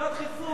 ממש לא.